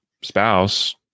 spouse